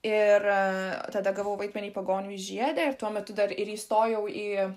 ir tada gavau vaidmenį pagonių žiede ir tuo metu dar ir įstojau į